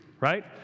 right